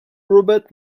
robert